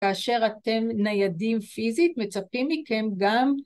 כאשר אתם ניידים פיזית מצפים מכם גם